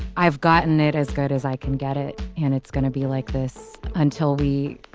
i have gotten it as good as i can get it and it's gonna be like this until we.